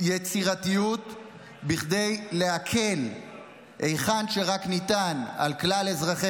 ויצירתיות כדי להקל היכן שרק ניתן על כלל אזרחי